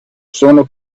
sono